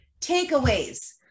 Takeaways